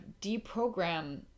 deprogram